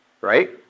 Right